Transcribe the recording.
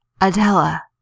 Adela